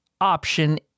option